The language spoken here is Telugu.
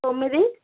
తొమ్మిది